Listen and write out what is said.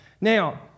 Now